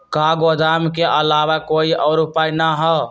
का गोदाम के आलावा कोई और उपाय न ह?